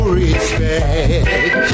respect